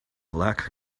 lack